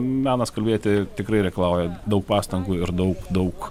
menas kalbėti tikrai reikalauja daug pastangų ir daug daug